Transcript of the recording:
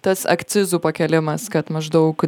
tas akcizų pakėlimas kad maždaug